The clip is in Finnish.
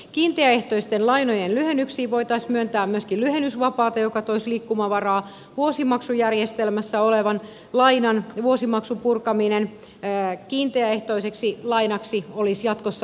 kiinteäehtoisten lainojen lyhennyksiin voitaisiin myöntää myöskin lyhennysvapaata joka toisi liikkumavaraa vuosimaksujärjestelmässä olevan lainan vuosimaksun purkaminen kiinteäehtoiseksi lainaksi olisi jatkossa mahdollista